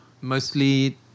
Mostly